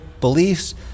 beliefs